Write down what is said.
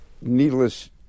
needless